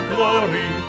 Glory